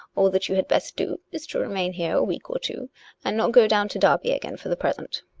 all that you had best do is to remain here a week or two and not go down to derby again for the pres ent.